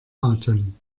atem